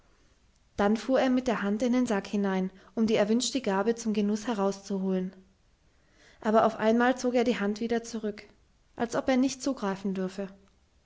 dann fuhr er mit der hand in den sack hinein um die erwünschte gabe zum genuß herauszuholen aber auf einmal zog er die hand wieder zurück als ob er nicht zugreifen dürfe